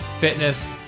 fitness